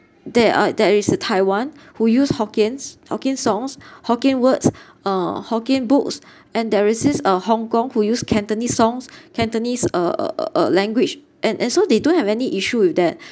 there are there is a taiwan who use hokkiens hokkien songs hokkien words uh hokkien books and there is this uh hong kong who use cantonese songs cantonese uh uh uh language and and so they don't have any issue with that